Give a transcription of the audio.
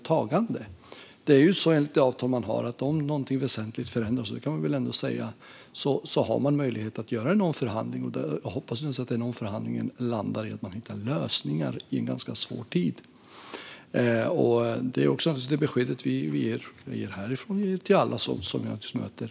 Enligt det avtal man har finns det möjlighet att göra en omförhandling om någonting väsentligt förändras, och det kan vi väl ändå säga har skett. Jag hoppas naturligtvis att omförhandlingen landar i att man hittar lösningar i en ganska svår tid. Det är det besked vi ger härifrån och som jag ger till alla jag möter.